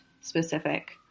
specific